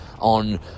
on